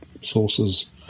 Sources